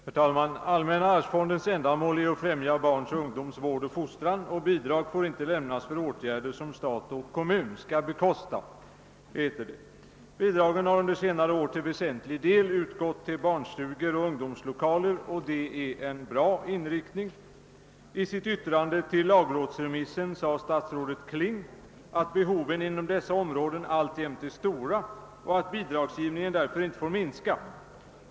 Herr talman! Allmänna arvsfondens ändamål är att främja barns och ungdoms vård och fostran. Bidrag får inte lämnas för åtgärder som stat och kommun skall bekosta. Bidragen har under senare år till väsentlig del utgått till barnstugor och ungdomslokaler. Det är en bra inriktning. I sitt yttrande till lagrådsremissen sade statsrådet Kling, att behoven inom dessa områden alltjämt är stora, och att bidragsgivningen därför inte får minska.